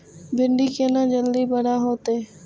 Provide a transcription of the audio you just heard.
भिंडी केना जल्दी बड़ा होते?